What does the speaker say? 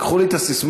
לקחו לי את הססמה.